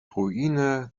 ruine